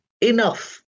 enough